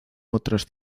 otras